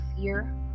fear